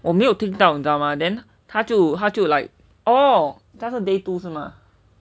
我没有听到你知道吗:wo mei you tingn dao ni zhi dao ma then 他就他就 like oh 他是 day two 是吗